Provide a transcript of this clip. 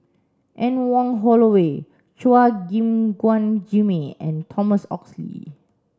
Anne Wong Holloway Chua Gim Guan Jimmy and Thomas Oxley